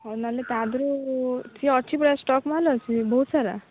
ହଉ ନହେଲେ ତା' ଦେହରୁ ଏଠି ଅଛି ପୁରା ଷ୍ଟକ୍ ମାଲ୍ ଅଛି ବହୁତ ସାରା